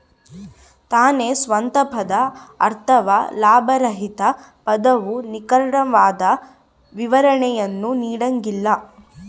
ತಾನೇ ಸ್ವಂತ ಪದ ಅಥವಾ ಲಾಭರಹಿತ ಪದವು ನಿಖರವಾದ ವಿವರಣೆಯನ್ನು ನೀಡಂಗಿಲ್ಲ